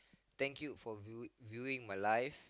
thank you for view viewing my life